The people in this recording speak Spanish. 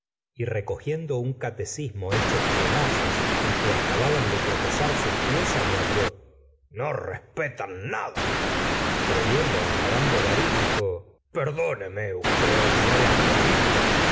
y recogiendo un catecismo hecho pedazos en que acababan de tropezar sus pies añadió respetan nada pero viendo á mad bovary dijo perdóneme usted no la había visto